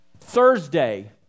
thursday